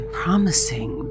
promising